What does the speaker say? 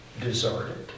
deserted